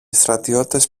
στρατιώτες